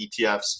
ETFs